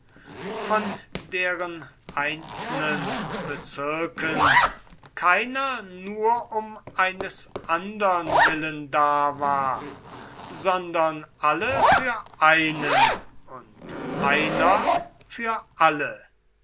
von deren einzelnen bezirken keiner nur um eines andern willen da war sondern alle für einen und einer für alle